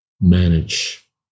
manage